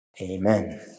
Amen